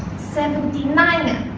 seventy nine